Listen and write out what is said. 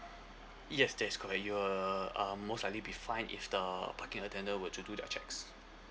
yes that is correct you will um most likely be fined if the parking attendant were to do their checks